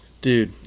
Dude